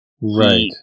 Right